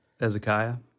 Ezekiah